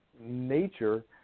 nature